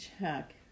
check